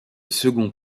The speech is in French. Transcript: second